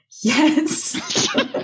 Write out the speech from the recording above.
yes